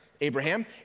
Abraham